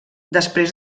després